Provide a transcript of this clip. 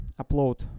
upload